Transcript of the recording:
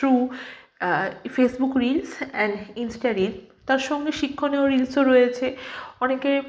through Facebook reels and Insta reel তার সঙ্গে শিক্ষণীয় রিল্সও রয়েছে অনেকে